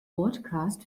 bordcast